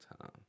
time